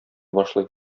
башлый